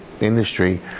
industry